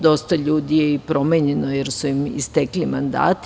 Dosta ljudi je i promenjeno jer su im istekli mandati.